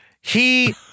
he-